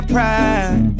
Pride